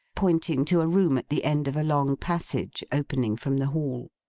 pointing to a room at the end of a long passage, opening from the hall.